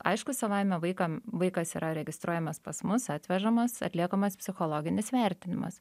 aišku savaime vaiką vaikas yra registruojamas pas mus atvežamas atliekamas psichologinis vertinimas